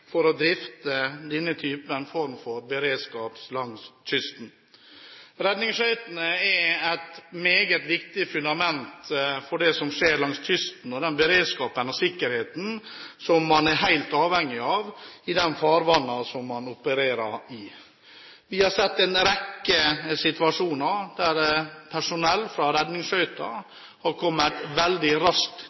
for å drifte denne typen form for beredskap langs kysten. Redningsskøytene er et meget viktig fundament for det som skjer langs kysten og for beredskapen og sikkerheten som man er helt avhengig av i de farvannene som man opererer i. Vi har sett en rekke situasjoner der personell fra redningsskøyta har kommet veldig raskt